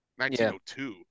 1902